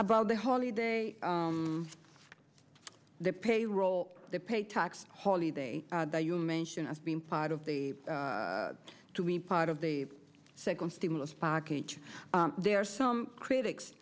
about the holiday the payroll the pay tax holiday that you mentioned as being part of the to be part of the second stimulus package there are some critics